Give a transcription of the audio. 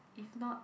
if not